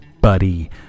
Buddy